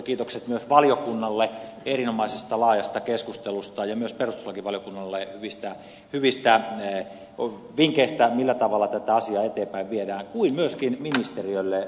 kiitokset myös valiokunnalle erinomaisesta laajasta keskustelusta ja myös perustuslakivaliokunnalle hyvistä vinkeistä millä tavalla tätä asiaa eteenpäin viedään kuin myöskin ministeriölle